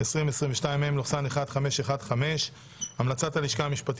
התשפ"ב-2021, פ/2189/24, הצעת ח"כ סמי אבו שחאדה